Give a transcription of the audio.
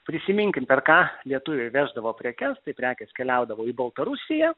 prisiminkim per ką lietuviai veždavo prekes tai prekės keliaudavo į baltarusiją